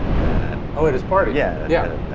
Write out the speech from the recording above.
at ah at his party. yeah yeah,